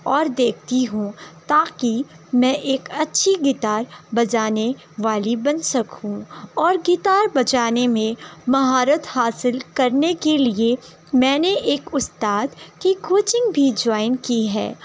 اور دیکھتی ہوں تاکہ میں ایک اچھی گیٹار بجانے والی بن سکوں اور گیٹار بجانے میں مہارت حاصل کرنے کے لیے میں نے ایک استاد کی کوچنگ بھی جوائن کی ہے